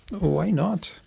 why not?